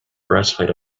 breastplate